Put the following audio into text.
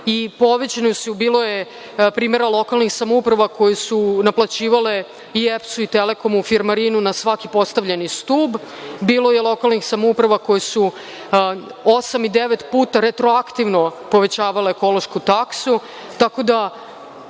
i naknade. Bilo je primera lokalnih samouprava koje su naplaćivale i EPS-u i Telekomu firmarinu na svaki postavljeni stub. Bilo je lokalnih samouprava koje su osam i devet puta retroaktivno povećavale ekološku taksu. Meni to